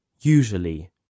Usually